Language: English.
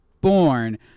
born